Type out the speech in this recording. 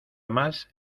más